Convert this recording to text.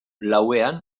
lauan